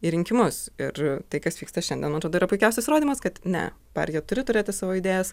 į rinkimus ir tai kas vyksta šiandien man atrodo yra puikiausias įrodymas kad ne partija turi turėti savo idėjas